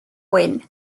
win